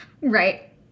Right